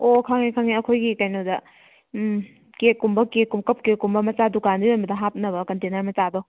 ꯑꯣ ꯈꯪꯉꯦ ꯈꯪꯉꯦ ꯑꯩꯈꯣꯏꯒꯤ ꯀꯩꯅꯣꯗ ꯀꯦꯛ ꯀꯨꯝꯕ ꯀꯞ ꯀꯦꯛ ꯀꯨꯝꯕ ꯃꯆꯥ ꯗꯨꯀꯥꯟꯗ ꯌꯣꯟꯕꯗ ꯍꯥꯞꯅꯕ ꯀꯟꯇꯦꯅꯔ ꯃꯆꯥꯗꯣ